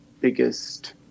biggest